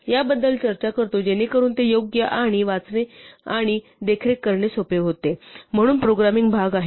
याबद्दल चर्चा करतो जेणेकरून ते योग्य आणि वाचणे आणि देखरेख करणे सोपे आहे म्हणून प्रोग्रामिंग भाग आहे